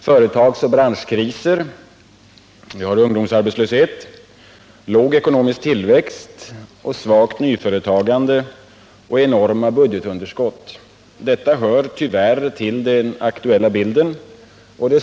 Företagsoch branschkriser, ungdomsarbetslöshet, låg ekonomisk tillväxt, svagt nyföretagande och enorma budgetunderskott hör tyvärr till den aktuella bilden.